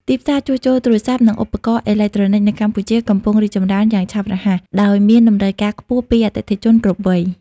ទីផ្សារជួសជុលទូរស័ព្ទ និងឧបករណ៍អេឡិចត្រូនិចនៅកម្ពុជា កំពុងរីកចម្រើនយ៉ាងឆាប់រហ័ស ដោយមានតម្រូវការខ្ពស់ពីអតិថិជនគ្រប់វ័យ។